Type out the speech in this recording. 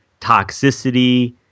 toxicity